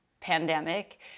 pandemic